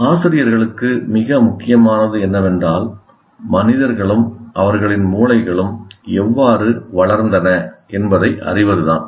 ஆசிரியர்களுக்கு மிக முக்கியமானது என்னவென்றால் மனிதர்களும் அவர்களின் மூளைகளும் எவ்வாறு வளர்ந்தன என்பதை அறிவதுதான்